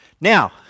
Now